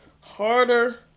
Harder